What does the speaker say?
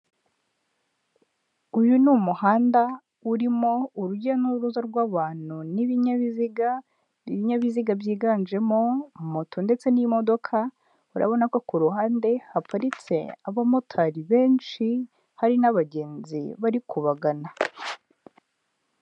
Uyu ni umuhanda urimo urujya n'uruza rw'abantu n'ibinyabiziga, ibinyabiziga byiganjemo moto ndetse n'imodoka, urabona ko ku ruhande haparitse abamotari benshi hari n'abagenzi bari kubagana.